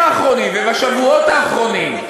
האחרונים ובשבועות האחרונים ואמרתי,